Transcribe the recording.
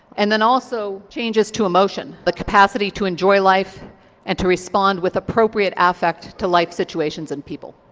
and then also changes to emotion, the capacity to enjoy life and to respond with appropriate affect to life situations and people.